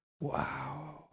Wow